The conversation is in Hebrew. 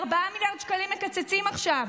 4 מיליארד שקלים מקצצים עכשיו,